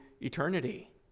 eternity